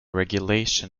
regulation